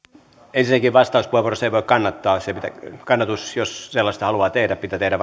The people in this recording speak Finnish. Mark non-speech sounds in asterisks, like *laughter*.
vastauspuheenvuorossa ei voi kannattaa kannatus jos sellaisen haluaa tehdä pitää tehdä *unintelligible*